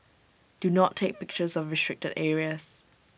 do not take pictures of restricted areas